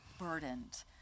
burdened